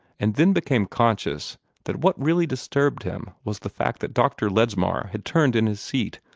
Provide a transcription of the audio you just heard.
and then became conscious that what really disturbed him was the fact that dr. ledsmar had turned in his seat,